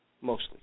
mostly